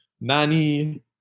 Nani